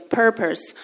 purpose